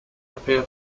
appear